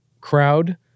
crowd